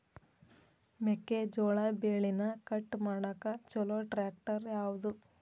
ಮೆಕ್ಕೆ ಜೋಳ ಬೆಳಿನ ಕಟ್ ಮಾಡಾಕ್ ಛಲೋ ಟ್ರ್ಯಾಕ್ಟರ್ ಯಾವ್ದು?